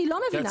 אני לא מבינה.